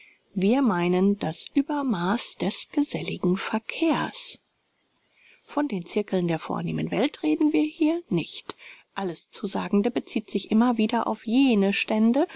wir meinen das uebermaß des geselligen verkehrs von den zirkeln der vornehmen welt reden wir hier nicht alles zu sagende bezieht sich immer wieder auf jene stände